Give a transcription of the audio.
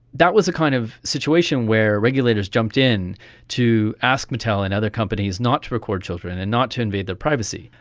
that was a kind of situation where regulators jumped in to ask mattel and other companies not to record children and not to invade their privacy.